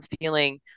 feeling